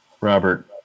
robert